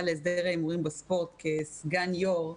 להסדר ההימורים בספורט כסגנית יושב-ראש.